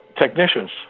technicians